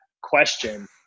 question